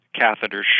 catheters